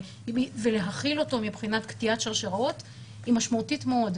ולהכיל אותו מבחינת קטיעת שרשראות היא משמעותית מאוד.